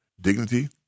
dignity